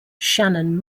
shannon